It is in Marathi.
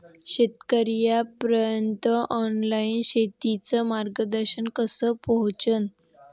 शेतकर्याइपर्यंत ऑनलाईन शेतीचं मार्गदर्शन कस पोहोचन?